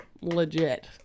legit